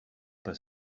pas